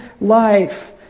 life